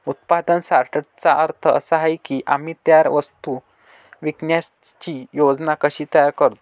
उत्पादन सॉर्टर्सचा अर्थ असा आहे की आम्ही तयार वस्तू विकण्याची योजना कशी तयार करतो